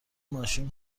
ماشین